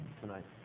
tonight